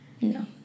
No